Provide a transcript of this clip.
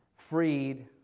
freed